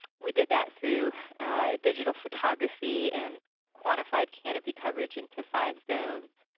we did that through digital photography and quantified canopy coverage into five zones.